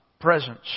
presence